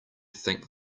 think